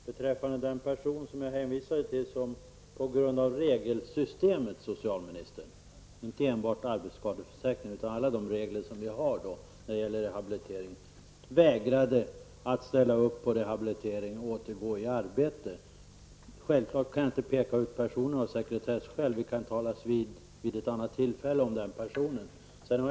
Herr talman! Den person som jag hänvisat till vägrade på grund av regelsystemet, socialministern -- icke enbart på grund av arbetsskadeförsäkringen utan på grund av alla de regler som vi har på området -- att gå med på rehabilitering och att återgå i arbete. Av sekretesskäl kan jag självfallet inte peka ut personen, men vi kan talas vid i annat sammanhang om vederbörande.